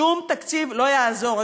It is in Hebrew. שום תקציב לא יעזור.